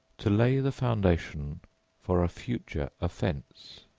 to lay the foundation for a future offence.